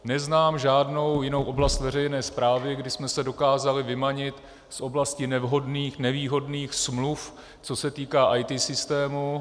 Neznám žádnou jinou oblast veřejné správy, kdy jsme se dokázali vymanit z oblasti nevhodných, nevýhodných smluv, co se týká IT systému.